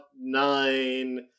nine